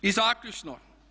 I zaključno.